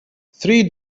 three